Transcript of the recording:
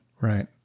Right